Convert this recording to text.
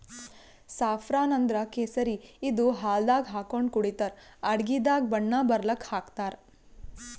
saffron ಅಂದ್ರ ಕೇಸರಿ ಇದು ಹಾಲ್ದಾಗ್ ಹಾಕೊಂಡ್ ಕುಡಿತರ್ ಅಡಗಿದಾಗ್ ಬಣ್ಣ ಬರಲಕ್ಕ್ ಹಾಕ್ತಾರ್